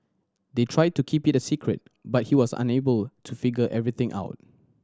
they tried to keep it secret but he was unable to figure everything out